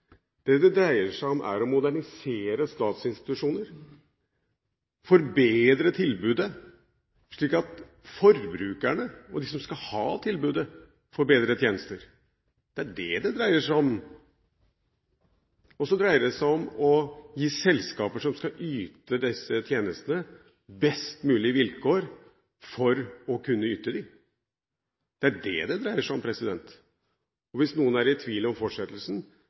om. Det dreier seg om å modernisere statsinstitusjoner, forbedre tilbudet, slik at forbrukerne og de som skal ha tilbudet, får bedre tjenester. Det er det det dreier seg om. Og så dreier det seg om å gi selskaper som skal yte disse tjenestene, best mulig vilkår for å kunne yte dem. Det er det det dreier seg om. Og hvis noen er i tvil om fortsettelsen,